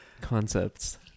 Concepts